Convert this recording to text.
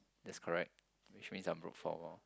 that's correct which means I'm room for more